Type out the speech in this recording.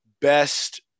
best